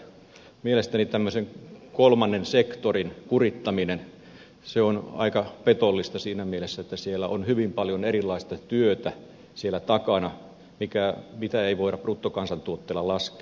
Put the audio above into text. mielestäni tämmöinen kolmannen sektorin kurittaminen on aika petollista siinä mielessä että siellä on hyvin paljon erilaista työtä takana mitä ei voida bruttokansantuotteella laskea